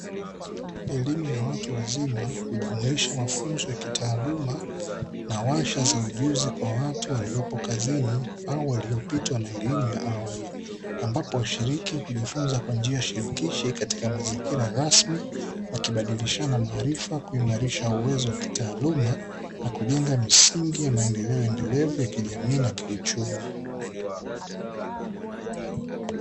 Elimu ya watu wazima hukujumuisha mafunzo ya kitaaluma na warsha za ujuzi kwa watu waliopo kazini au waliopitwa na elimu ya awali, ambapo washiriki hujifunza kwa njia ya shirikishi katika mazingira rasmi, wakibadilishana maarifa, kuimarisha uwezo wa kitaaluma, na kujenga misingi ya maendeleo endelevu ya kijamii na kiuchumi.